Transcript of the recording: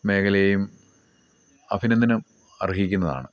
മേഖലയും അഭിനന്ദനം അർഹിക്കുന്നതാണ്